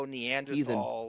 Neanderthal